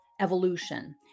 evolution